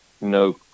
no